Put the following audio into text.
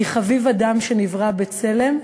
כי "חביב אדם שנברא בצלם"